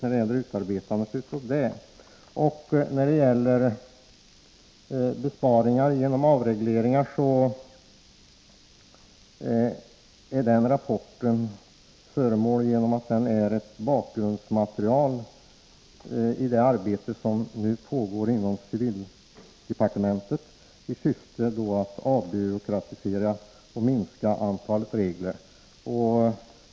När det gäller rapporten Besparingar genom avregleringar är den föremål för åtgärder genom att den är bakgrundsmaterial i det arbete som nu pågår inom civildepartementet i syfte att avbyråkratisera och minska antalet regler.